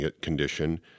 condition